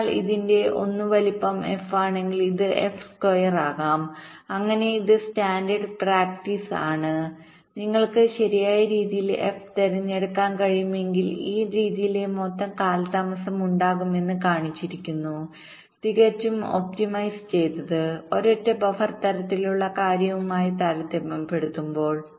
അതിനാൽ ഇതിന്റെ 1 വലിപ്പം f ആണെങ്കിൽ ഇത് f സ്ക്വയർ ആകും അങ്ങനെ ഇത് സ്റ്റാൻഡേർഡ് പ്രാക്ടീസ്ആണ് നിങ്ങൾക്ക് ശരിയായ രീതിയിൽ f തിരഞ്ഞെടുക്കാൻ കഴിയുമെങ്കിൽ ഈ രീതിയിലെ മൊത്തം കാലതാമസം ഉണ്ടാകുമെന്ന് കാണിച്ചിരിക്കുന്നു തികച്ചും ഒപ്റ്റിമൈസ് ചെയ്തത് ഒരൊറ്റ ബഫർ തരത്തിലുള്ള കാര്യവുമായി താരതമ്യപ്പെടുത്തുമ്പോൾ